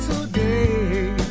today